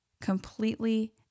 completely